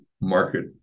market